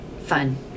fun